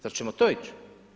Zar ćemo to ići?